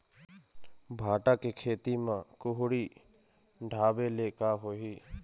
भांटा के खेती म कुहड़ी ढाबे ले का होही?